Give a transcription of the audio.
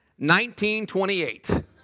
1928